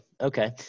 Okay